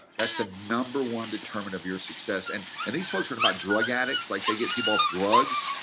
that's the number one determiner of your success. and and these folks are about drug addicts, like they get people off drugs.